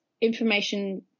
information